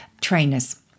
trainers